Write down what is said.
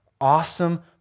awesome